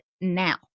now